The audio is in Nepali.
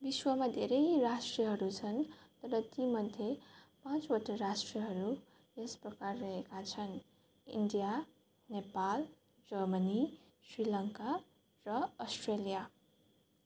विश्वमा धेरै राष्ट्रहरू छन् तर ती मध्ये पाँचवटा राष्ट्रहरू यस प्रकार रहेका छन् इन्डिया नेपाल जर्मनी श्रीलङ्का र अस्ट्रेलिया